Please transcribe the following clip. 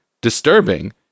disturbing